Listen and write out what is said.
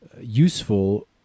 useful